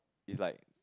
is like